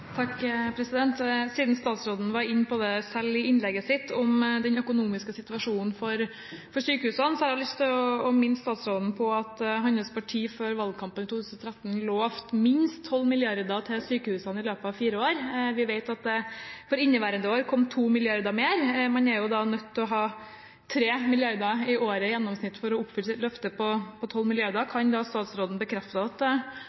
Siden statsråden selv var inne på den økonomiske situasjonen for sykehusene i innlegget sitt, har jeg lyst til å minne statsråden på at hans parti før valgkampen i 2013 lovte minst 12 mrd. kr til sykehusene i løpet av fire år. Vi vet at for inneværende år kom 2 mrd. kr mer. Man er nødt til å ha 3 mrd. kr i året i gjennomsnitt for å oppfylle løftet på 12 mrd. kr. Kan statsråden bekrefte at det kommer minst 3 mrd. kr til sykehusene på statsbudsjettet for neste år? Representanten vet godt at